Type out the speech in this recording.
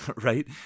right